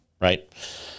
Right